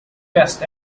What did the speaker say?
best